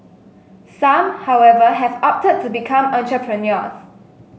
some however have opted to become entrepreneurs